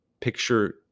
Picture